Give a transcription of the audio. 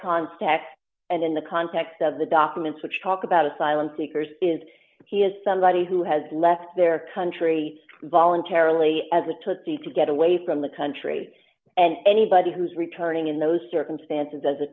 const act and in the context of the documents which talk about asylum seekers is he is somebody who has left their country voluntarily as a to seek to get away from the country and anybody who's returning in those circumstances as a